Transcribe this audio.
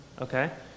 Okay